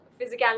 physicality